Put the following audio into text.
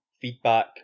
feedback